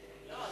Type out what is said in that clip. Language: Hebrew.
לא.